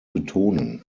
betonen